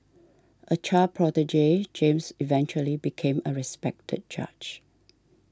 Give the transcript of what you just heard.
a child prodigy James eventually became a respected judge